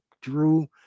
Drew